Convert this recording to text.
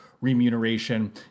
remuneration